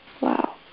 Wow